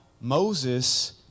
Moses